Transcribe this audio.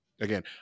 Again